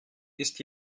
ist